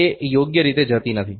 તે યોગ્ય રીતે જતી નથી